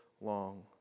long